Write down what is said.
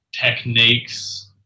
techniques